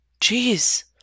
Jeez